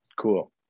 cool